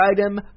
item